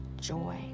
joy